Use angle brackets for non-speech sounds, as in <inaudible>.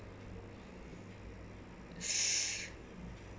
<noise>